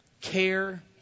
care